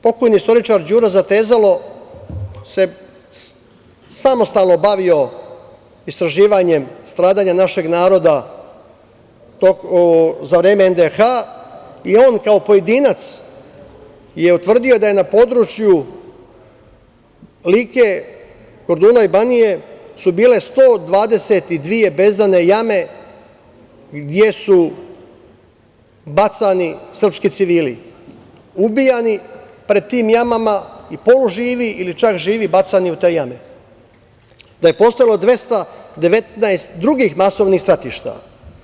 Pokojni istoričar Đuro Zatezalo se samostalno bavio istraživanjem stradanja našeg naroda za vreme NDH i on kao pojedinac je utvrdio da je na području Like, Korduna i Banije su bile 122 bezdane jame gde su bacani srpski civili, ubijani pred tim jamama i poluživi ili čak živi bacani u te jame, da je postojalo 219 drugih masovnih stratišta.